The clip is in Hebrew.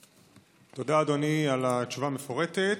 תודה, אדוני, על התשובה המפורטת.